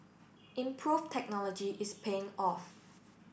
improve technology is paying off